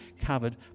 covered